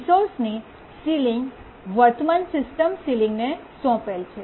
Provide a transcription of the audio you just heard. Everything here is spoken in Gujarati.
રિસોર્સની સીલીંગ વર્તમાન સિસ્ટમ સીલીંગ ને સોંપેલ છે